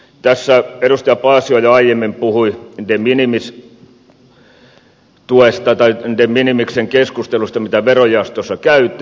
tässä edustaja paasio jo aiemmin puhui keskustelusta jota de minimis tuesta verojaostossa käytiin